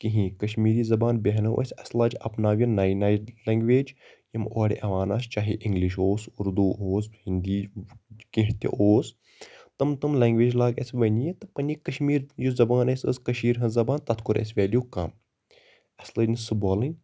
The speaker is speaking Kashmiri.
کِہیٖنۍ کشمیٖری زَبان بہیٚنٲو اسہِ اسی لٲج اَپناونہِ نٔے نٔے لینگویج یِم اورٕ یوان آسہِ چاہے اِنگلِش اوس اردوٗ اوس ہِندی کینٛہہ تہِ اوس تِم تِم لینگویج لٲگۍ اسہِ ؤنِتھ کُنہِ کشمیٖر یُس زَبان اسہِ ٲس کَشیٖر ہنٛز زَبان تَتھ کور اسہِ ویلٮ۪و کَم اسہِ لٔج نہٕ سُہ بولٕنۍ